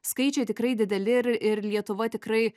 skaičiai tikrai dideli ir ir lietuva tikrai